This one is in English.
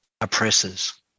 oppressors